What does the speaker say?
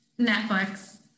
Netflix